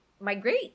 migrate